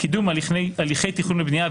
קידום הליכי תכנון ובניה,